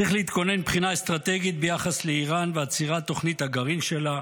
צריך להתכונן מבחינה אסטרטגית ביחס לאיראן ולעצירת תוכנית הגרעין שלה,